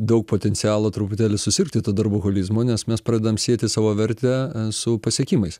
daug potencialo truputėlį susirgti tuo darboholizmu nes mes pradedam sieti savo vertę su pasiekimais